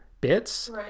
bits